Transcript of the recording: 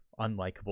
unlikable